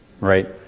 Right